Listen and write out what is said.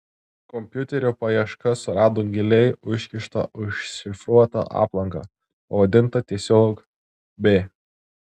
kompiuterio paieška surado giliai užkištą užšifruotą aplanką pavadintą tiesiog b